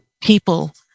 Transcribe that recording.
people